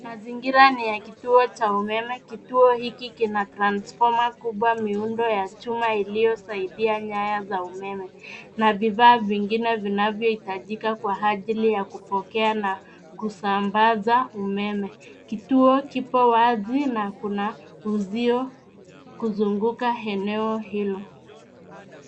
Mazingira ni ya kituo cha umeme, kituo hiki kina transformer kubwa miundo ya chuma iliyosaindia nyaya za umeme. Na bidhaa vingine vinavyohitajika kwa ajili ya kupokea na kusambaza umeme. Kituo kipo wazi na kuna uzio kuzunguka eneo hilo.